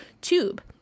tube